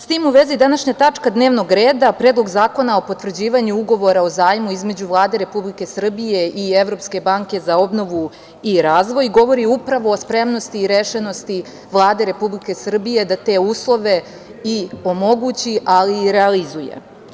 S tim u vezi, današnja tačka dnevnog reda – Predlog zakona o potvrđivanju ugovora o zajmu između Vlade Republike Srbije i Evropske banke za obnovu i razvoj govori upravo o spremnosti i rešenosti Vlade Republike Srbije da te uslove i omogući, ali i realizuje.